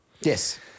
Yes